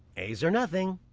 a's or nothing.